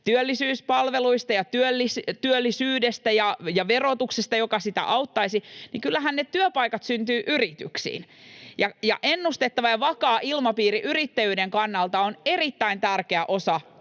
työllisyyspalveluista ja työllisyydestä ja verotuksesta, joka auttaisi, niin kyllähän ne työpaikat syntyvät yrityksiin ja ennustettava ja vakaa ilmapiiri yrittäjyyden kannalta on erittäin tärkeä osa